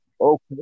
Okay